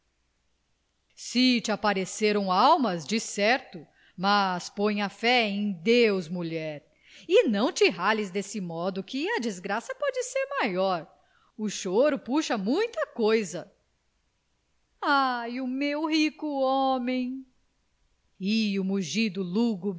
te apareceram almas decerto mas põe a fé em deus mulher e não te rales desse modo que a desgraça pode ser maior o choro puxa muita coisa ai o meu rico homem e o mugido lúgubre